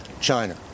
China